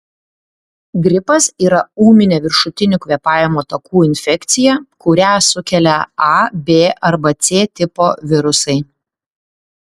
gripas yra ūminė viršutinių kvėpavimo takų infekcija kurią sukelia a b arba c tipo virusai